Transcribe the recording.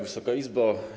Wysoka Izbo!